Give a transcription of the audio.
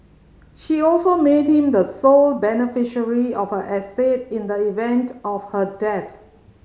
she also made him the sole beneficiary of her estate in the event of her death